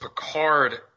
Picard